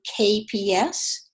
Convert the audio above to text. KPS